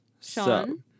Sean